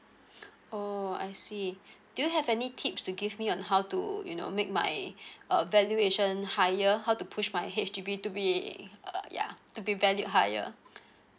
oh I see do you have any tips to give me on how to you know make my uh valuation higher how to push my H_D_B to be uh yeah to be valued higher